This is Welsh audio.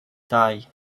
dau